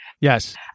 Yes